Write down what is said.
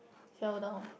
fell down